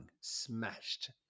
smashed